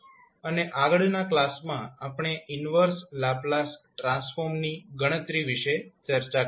અને આગળના કલાસમાં આપણે ઈન્વર્સ લાપ્લાસ ટ્રાન્સફોર્મની ગણતરી વિશે ચર્ચા કરીશું